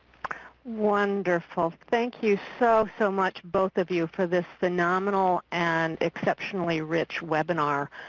wonderful. thank you so so much both of you for this phenomenal and exceptionally rich webinar.